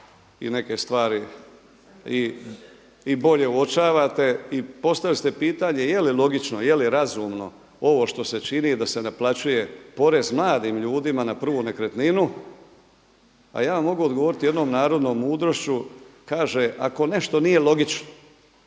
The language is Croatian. i neke stvari i bolje uočavate i postavili ste pitanje je li logično, je li razumno ovo što se čini da se naplaćuje porez mladim ljudima na prvu nekretninu a ja vam mogu odgovoriti jednom narodnom mudrošću kaže ako nešto nije logično